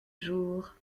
jour